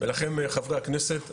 ולכם חברי הכנסת.